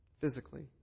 physically